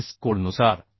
कोडनुसार I